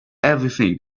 everything